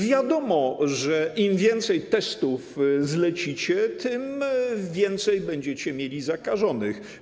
Wiadomo, że im więcej testów zlecicie, tym więcej będziecie mieli zakażonych.